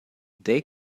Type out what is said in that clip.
they